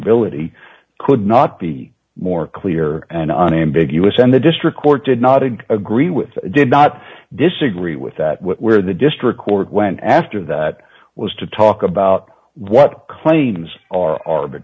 he could not be more clear and unambiguous and the district court did not agree with did not disagree with that where the district court went after that was to talk about what claims are ar